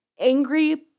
Angry